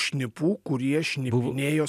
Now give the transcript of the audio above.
šnipų kurie šnipinėjo